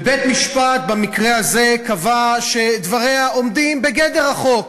ובית-משפט במקרה הזה קבע שדבריה עומדים בגדר החוק,